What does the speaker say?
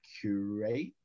curate